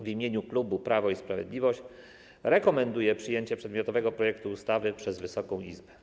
W imieniu klubu Prawo i Sprawiedliwość rekomenduję przyjęcie przedmiotowego projektu ustawy przez Wysoką Izbę.